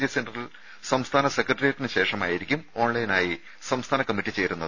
G സെന്ററിൽ സംസ്ഥാന സെക്രട്ടറിയേറ്റിന് ശേഷമായിരിക്കും ഓൺലൈനായി സംസ്ഥാന കമ്മിറ്റി ചേരുന്നത്